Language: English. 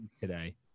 today